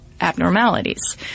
abnormalities